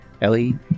Ellie